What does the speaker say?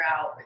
out